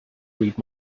read